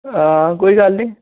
हां कोई गल्ल नि